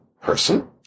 person